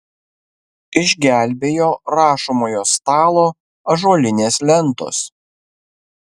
išgelbėjo rašomojo stalo ąžuolinės lentos